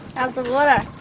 hows the water?